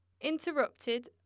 interrupted